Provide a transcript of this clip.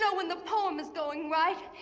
so when the poem is going right,